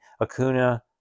Acuna